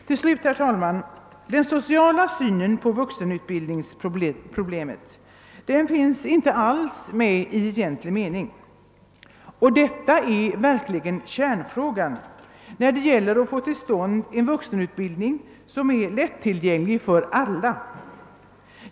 Till slut, herr talman, den sociala synen på «<vuxenutbildningsproblemet finns inte alls med i egentlig mening, och detta är verkligen kärnfrågan, när det gäller att få till stånd en vuxenutbildning som är lättillgänglig för alla.